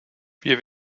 wir